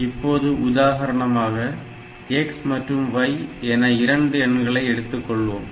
இப்போது உதாரணமாக x மற்றும் y என 2 எண்களை எடுத்துக்கொள்வோம்